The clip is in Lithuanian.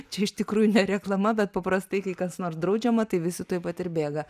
čia iš tikrųjų ne reklama bet paprastai kai kas nors draudžiama tai visi tuoj pat ir bėga